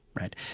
right